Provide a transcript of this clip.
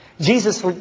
Jesus